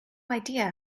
idea